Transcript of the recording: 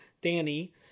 Danny